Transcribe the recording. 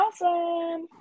Awesome